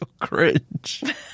cringe